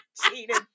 cheated